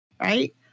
Right